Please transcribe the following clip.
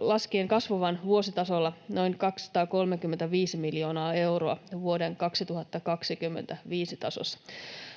laskien kasvavan vuositasolla noin 235 miljoonaa euroa vuoden 2025 tasossa.